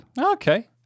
Okay